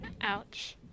Ouch